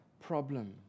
problem